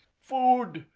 food!